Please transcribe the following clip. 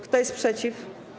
Kto jest przeciw?